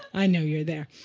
i know you're there.